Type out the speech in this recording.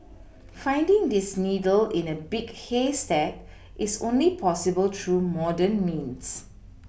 finding this needle in a big haystack is only possible through modern means